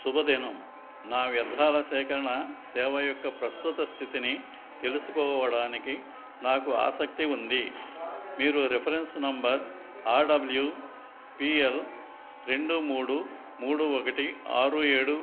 శుభదినం నా వ్యర్థాల సేకరణ సేవ యొక్క ప్రస్తుత స్థితిని తెలుసుకోవడానికి నాకు ఆసక్తి ఉంది మీరు reference number R W P L రెండు మూడు మూడు ఒకటి ఆరు ఏడు